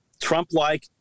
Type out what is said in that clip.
Trump-like